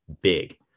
big